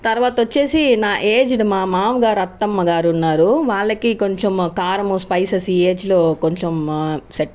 తర్వాత వచ్చేసి నా ఏజ్డ్ మా మామగారు అత్తమ్మ గారు ఉన్నారు వాళ్ళకి కొంచెం కారం స్పైసెస్ ఈ ఏజ్లో కొంచెం సెట్